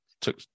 took